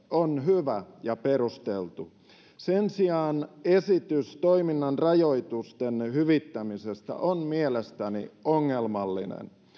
on hyvä ja perusteltu sen sijaan esitys toiminnan rajoitusten hyvittämisestä on mielestäni ongelmallinen